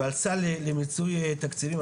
ועל סל למיצוי תקציבים,